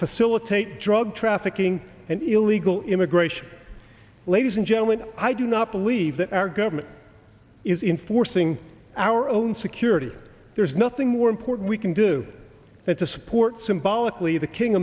facilitate drug trafficking and illegal immigration ladies and gentlemen i do not believe that our government is in forcing our own security there's nothing more important we can do that to support symbolically the king